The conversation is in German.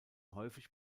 häufig